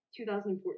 2014